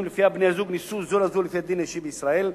שלפיה בני-הזוג נישאו זה לזו לפי הדין האישי בישראל,